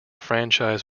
franchise